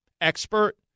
expert